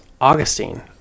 augustine